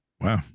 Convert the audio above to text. Wow